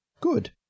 good